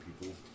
people